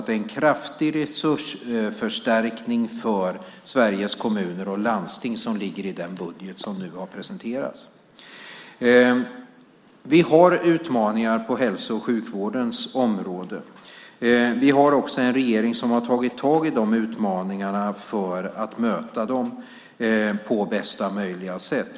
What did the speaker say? Det är en kraftig resursförstärkning för Sveriges kommuner och landsting som ligger i den budget som nu har presenterats. Vi har utmaningar inom hälso och sjukvårdens område. Vi har en regering som har tagit tag i utmaningarna för att möta dem på bästa möjliga sätt.